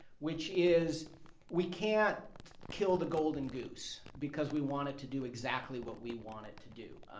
which is we can't kill the golden goose because we want it to do exactly what we want it to do.